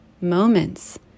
moments